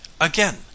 again